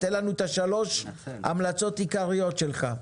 תן לנו שלוש המלצות עיקריות שלך.